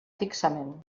fixament